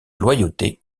loyauté